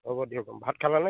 হ'ব দিয়ক ভাত খালেনে